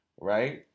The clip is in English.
right